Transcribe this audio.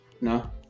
No